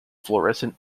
fluorescent